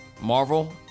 Marvel